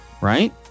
right